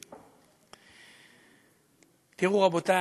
רבותיי,